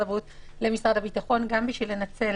הבריאות למשרד הביטחון גם בשביל לנצל